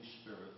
Spirit